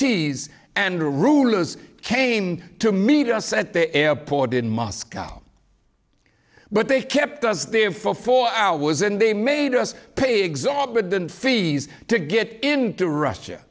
tees and rulers came to meet us at the airport in moscow but they kept us there for four hours and they made us pay exorbitant fees to get into russia